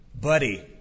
buddy